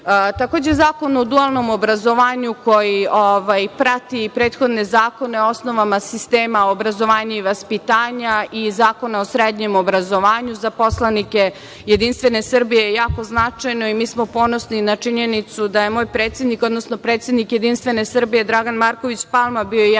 Zakon o dualnom obrazovanju koji prati prethodne zakone o osnovama sistema obrazovanja i vaspitanja i Zakona o srednjem obrazovanju, za poslanike JS je jako značajan. Mi smo ponosni na činjenicu da je moj predsednik, odnosno predsednik JS Dragan Marković Palma bio jedan